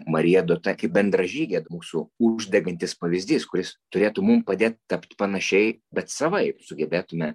marija duota kaip bendražygė mūsų uždegantis pavyzdys kuris turėtų mum padėt tapt panašiai bet savaip sugebėtume